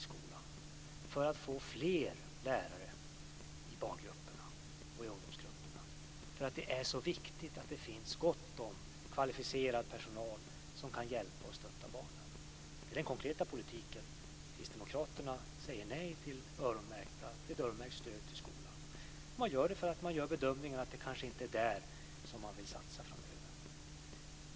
Vi gör det för att få fler lärare i barngrupperna och i ungdomsgrupperna, för det är så viktigt att det finns gott om kvalificerad personal som kan hjälpa och stötta barnen. Det är den konkreta politiken. Kristdemokraterna säger nej till ett öronmärkt stöd till skolan. Man gör det därför att man gör bedömningen att det kanske inte är där som man vill satsa framöver.